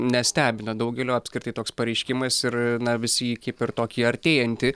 nestebina daugelio apskritai toks pareiškimas ir na visi įvykiai per tokį artėjantį